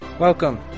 Welcome